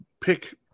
Pick